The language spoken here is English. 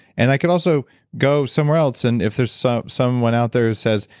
and i can also go somewhere else, and if there's so someone out there who says,